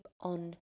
on